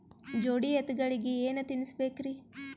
ಜೋಡಿ ಎತ್ತಗಳಿಗಿ ಏನ ತಿನಸಬೇಕ್ರಿ?